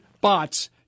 bots